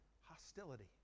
hostility